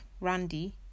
Randy